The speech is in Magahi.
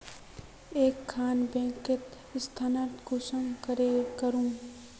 एक खान बैंकोत स्थानंतरण कुंसम करे करूम?